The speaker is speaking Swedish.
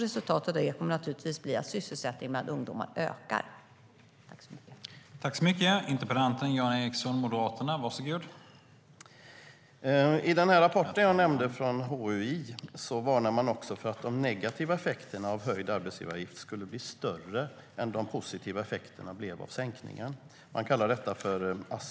Resultatet av det kommer att bli att sysselsättningen bland ungdomar ökar.